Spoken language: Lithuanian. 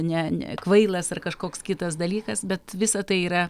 ne ne kvailas ar kažkoks kitas dalykas bet visa tai yra